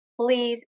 please